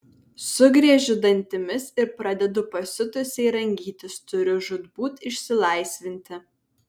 sugriežiu dantimis ir pradedu pasiutusiai rangytis turiu žūtbūt išsilaisvinti